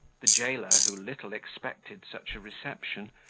the jailer, who little expected such a reception,